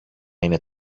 είναι